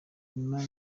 nyuma